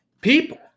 people